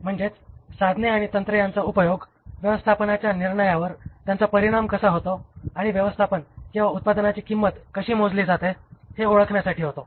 म्हणजेच साधने आणि तंत्रे यांचा उपयोग व्यवस्थापनाच्या निर्णयावर त्यांचा परिणाम कसा होतो आणि व्यवस्थापन किंवा उत्पादनाची किंमत कशी मोजली जाते हे ओळखण्यासाठी होतो